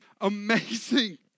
amazing